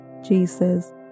Jesus